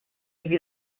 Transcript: nicht